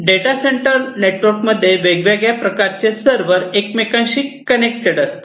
data centre network मध्ये वेगवेगळ्या प्रकारचे सर्वर एकमेकांशी कनेक्टेड असतात